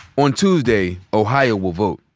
on tuesday, ohio will vote.